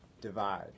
divide